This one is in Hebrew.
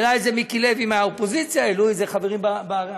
העלה את זה מיקי לוי מהאופוזיציה והעלו את זה חברים בקואליציה,